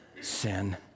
sin